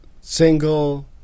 single